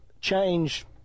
change